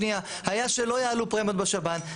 היה שלא יעלו פרמיות בשב"ן,